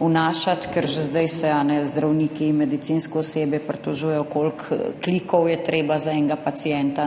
vnašati, ker že zdaj se zdravniki, medicinsko osebje pritožujejo koliko klikov je treba za enega pacienta,